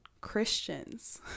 Christians